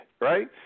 right